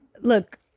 look